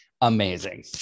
amazing